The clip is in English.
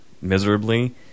miserably